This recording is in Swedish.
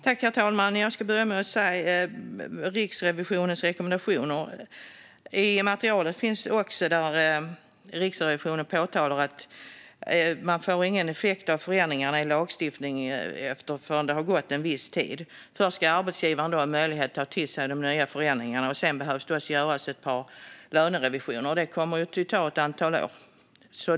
Herr talman! Riksrevisionen påpekar också att man inte får någon effekt av förändringarna i lagstiftningen förrän det har gått en viss tid. Först ska arbetsgivaren ha möjlighet att ta till sig de nya förändringarna. Sedan ska det göras ett par lönerevisioner, och det kommer att ta ett antal år.